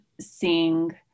seeing